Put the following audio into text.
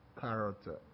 character